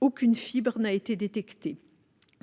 aucune fibre n'a été détectée.